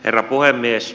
herra puhemies